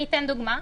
אני אתן דוגמה.